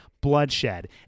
bloodshed